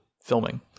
filming